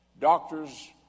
Doctors